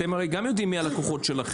אתם הרי גם יודעים מי הלקוחות שלכם.